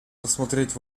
рассмотреть